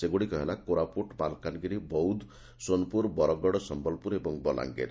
ସେଗୁଡ଼ିକ ହେଲା କୋରାପୁଟ୍ ମାଲକାନଗିରି ବୌଦ୍ଧ ସୋନପୁର ବରଗଡ଼ ସମ୍ମଲପୁର ଓ ବଲାଙ୍ଗୀର